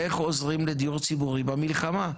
איך עוזרים לדיור ציבורי במלחמה?